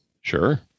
Sure